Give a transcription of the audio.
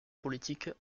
politique